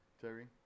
Terry